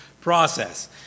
process